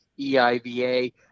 EIVA